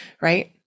right